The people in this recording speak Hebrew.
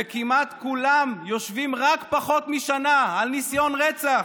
וכמעט כולם יושבים רק פחות משנה על ניסיון רצח.